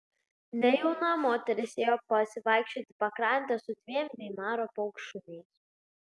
nejauna moteris ėjo pasivaikščioti pakrante su dviem veimaro paukštšuniais